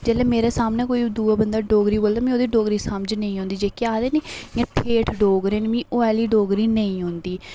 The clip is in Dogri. जेल्लै मेरे सामने कोई दूआ बंदा डोगरी बोल्लै मी ओह्दी डोगरी समझ नेईं औंदी जेहके आखदे नी कि इ'यां ठेठ डोगरे मिगी ओह् आह्ली डोगरी नेईं औंदी